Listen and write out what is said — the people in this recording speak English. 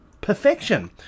Perfection